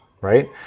right